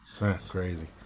Crazy